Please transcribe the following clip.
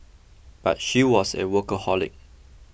but she was a workaholic